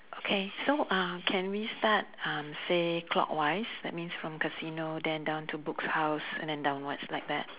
okay so uh can we start uh say clockwise that means from casino then down to books house and downwards like that